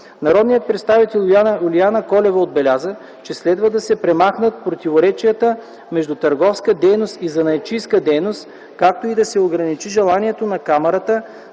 Народният представител Юлиана Колева отбеляза, че следва да се премахнат противоречията между търговска дейност и занаятчийска дейност, както и да се ограничи желанието на камарата